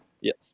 Yes